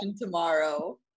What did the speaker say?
tomorrow